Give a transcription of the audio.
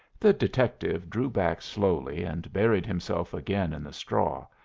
the detective drew back slowly and buried himself again in the straw,